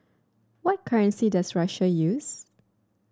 what currency does Russia use